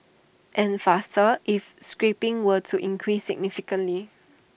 and faster if scrapping were to increase significantly